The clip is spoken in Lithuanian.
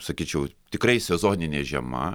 sakyčiau tikrai sezoninė žiema